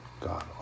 God